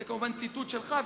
זה כמובן ציטוט שלך,